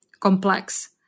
complex